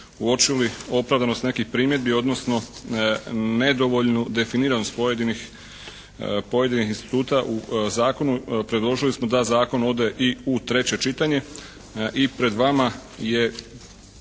uočili opravdanost nekih primjedbi, odnosno nedovoljnu definiranost pojedinih instituta u zakonu predložili smo da zakon ode i u treće čitanje i pred vama je